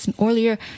earlier